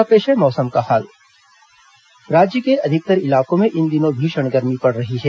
अब पेश है मौसम का हाल राज्य के अधिकतर इलाकों में इन दिनों भीषण गर्मी पड़ रही है